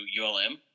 ULM